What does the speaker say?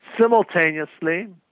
simultaneously